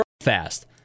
fast